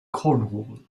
cornwall